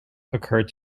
occurred